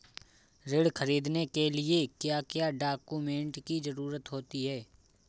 ऋण ख़रीदने के लिए क्या क्या डॉक्यूमेंट की ज़रुरत होती है?